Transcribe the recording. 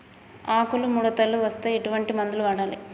ఆకులు ముడతలు వస్తే ఎటువంటి మందులు వాడాలి?